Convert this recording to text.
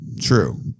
True